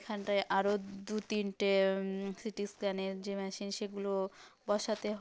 এখানটায় আরও দু তিনটে সিটি স্ক্যানের যে মেশিন সেগুলো বসাতে